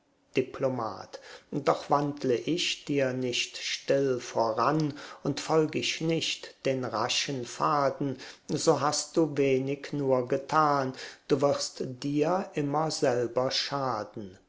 diplomat doch wandl ich dir nicht still voran und folg ich nicht den raschen pfaden so hast du wenig nur getan und wirst dir immer selber schaden